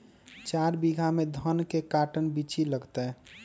चार बीघा में धन के कर्टन बिच्ची लगतै?